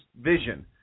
vision